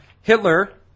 Hitler